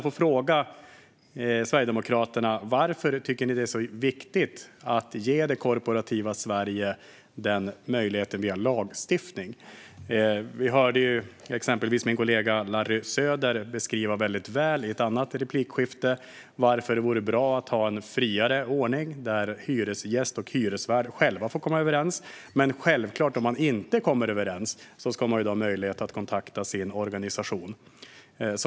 Varför tycker Sverigedemokraterna att det är så viktigt att ge det korporativa Sverige denna möjlighet via lagstiftning? I ett replikskifte hörde vi min kollega Larry Söder beskriva väldigt väl varför det vore bra med en friare ordning där hyresgäst och hyresvärd själva får komma överens. Kommer de inte överens ska det givetvis finnas möjlighet för hyresgästen att kontakta sin organisation.